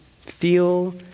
Feel